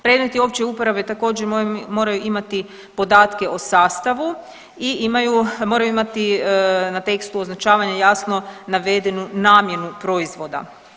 Predmeti opće uporabe također moraju imati podatke o sastavu i moraju imati na tekstu označavanje jasno navedenu namjenu proizvoda.